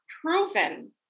proven